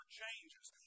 changes